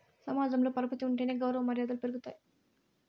సమాజంలో పరపతి ఉంటేనే గౌరవ మర్యాదలు పెరుగుతాయి